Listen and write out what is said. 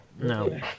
No